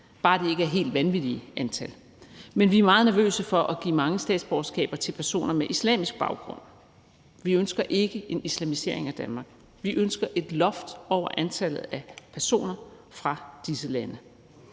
bare det ikke er i et helt vanvittigt antal, men vi er meget nervøse for at give mange statsborgerskaber til personer med islamisk baggrund. Vi ønsker ikke en islamisering af Danmark; vi ønsker et loft over antallet af personer fra disse lande.